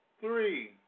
three